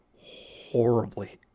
horribly